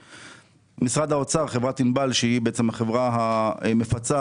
משרד האוצר, חברת ענבל, שהיא בעצם החברה המפצה,